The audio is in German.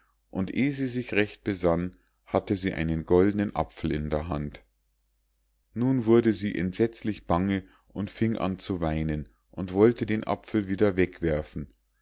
und eh sie sich recht besann hatte sie einen goldnen apfel in der hand nun wurde sie entsetzlich bange und fing an zu weinen und wollte den apfel wieder wegwerfen